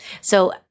So-